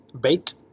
bait